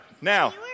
Now